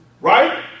Right